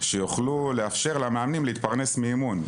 שיוכלו לאפשר למאמנים להתפרנס מאימון.